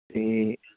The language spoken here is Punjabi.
ਅਤੇ